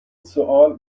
سوال